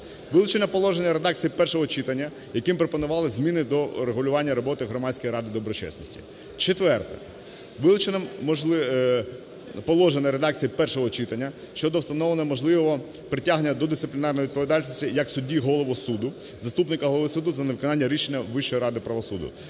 Вилучено положення редакції першого читання, яким пропонували зміни до регулювання роботи Громадської ради доброчесності. Четверте. Вилучено положення редакції першого читання щодо встановлення можливого притягнення до дисциплінарної відповідальності як судді голову суду, заступника голови суду за невиконання рішення Вищої ради правосуддя.